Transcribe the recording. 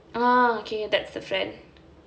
uh okay that's the friend